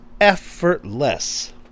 effortless